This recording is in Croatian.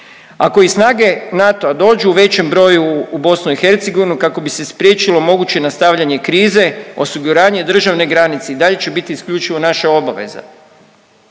Ako i snage NATO-a dođu u većem broju u BiH kako bi se spriječilo moguće nastavljanje krize, osiguranje državne granice i dalje će biti isključivo naša obaveza.